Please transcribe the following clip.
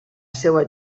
seva